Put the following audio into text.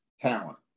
talent